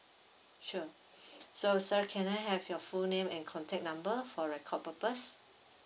sure so sir can I have your full name and contact number for record purpose